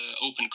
open